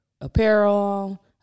apparel